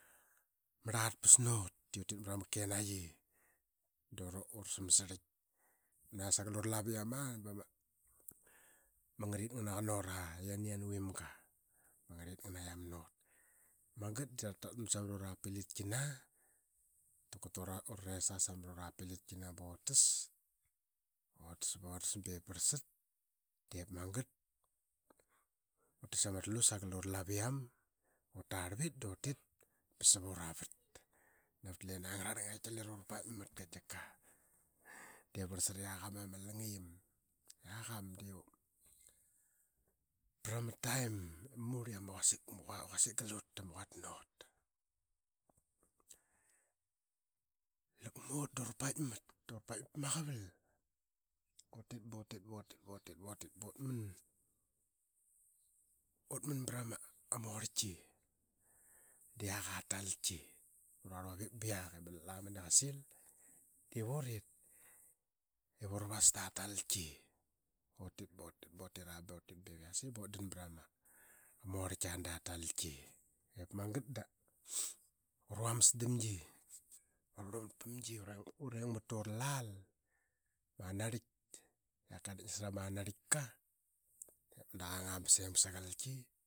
Ama arlat pas nut dap utman saman ura lavia ba ma angariqit nganaqa nut ngan na yie na vimga ba ma angarit qit ngana qiam nut. Magat da ra ratmat i ra kut tama res aa sa mra ura pilitkina ba ut tas. Utas ba ip magat da ut tis ama tla seagal ura laviam da ut tarlvit da ut tit sav ura vat lina ngararlang i lira ura paikmai katika dii varlsat na yiqam aa ma lingiam. Yaqam dii murl vra ma taim i ut di ama quasik galta nut. Lak nut da ura paik mat, ura paikmat pa ma qaval. Utit ba utit ba utit ba utman pra ma orlki da ura rluavik ba qak aa talki i las qasil ip uran ip ura rluavik ba qak aa talki i las qasil ip uran ip ura vas ta talki. Diip magat da ut tit ba utit ba ip yase da ut dan pra ma orlkia mra ma talki da ura vamas damgi. Ura dikta uralal da urarlal da urarlumat pamgi nangat. Urs dikmat ta ura lal dap kua ama anarlit. Yak ka dick nasra ma anarlitka daqanga ba simak sagalki.